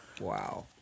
Wow